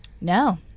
no